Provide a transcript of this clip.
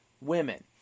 women